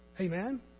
Amen